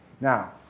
Now